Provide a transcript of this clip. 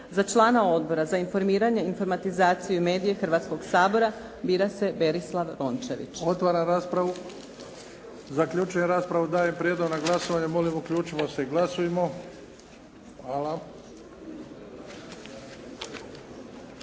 Za člana Odbora za informiranje, informatizaciju i medije Hrvatskoga sabora bira se Berislav Rončević.